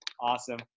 awesome